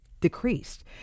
decreased